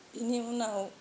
बिनि उनाव